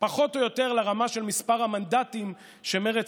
פחות או יותר לרמה של מספר המנדטים שמרצ